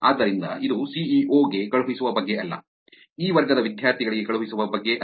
ಆದ್ದರಿಂದ ಇದು ಸಿಇಒ ಗೆ ಕಳುಹಿಸುವ ಬಗ್ಗೆ ಅಲ್ಲ ಈ ವರ್ಗದ ವಿದ್ಯಾರ್ಥಿಗಳಿಗೆ ಕಳುಹಿಸುವ ಬಗ್ಗೆ ಅಲ್ಲ